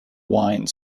wine